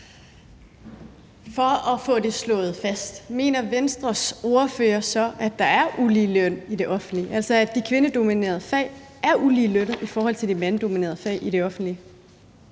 For at få det slået fast: Mener Venstres ordfører så, at der er uligeløn i det offentlige, altså at de kvindedominerede fag er uligelønnede i forhold til de mandedominerede fag i det offentlige?